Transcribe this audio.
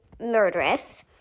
murderous